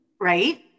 right